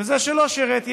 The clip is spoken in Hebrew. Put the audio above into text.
וזה שלא שירת ייהנה.